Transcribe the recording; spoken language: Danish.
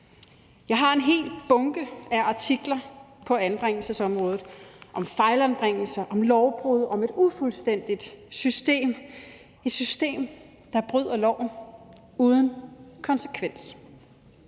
Jeg har en hel bunke af artikler på anbringelsesområdet om fejlanbringelser, om lovbrud, om et ufuldstændigt system – et system, der bryder loven uden konsekvens.